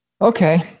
Okay